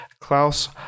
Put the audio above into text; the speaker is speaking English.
Klaus